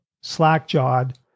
slack-jawed